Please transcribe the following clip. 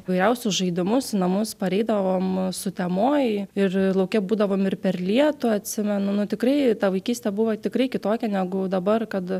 įvairiausius žaidimus į namus pareidavom sutemoj ir lauke būdavom ir per lietų atsimenu nu tikrai ta vaikystė buvo tikrai kitokia negu dabar kad